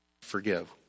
forgive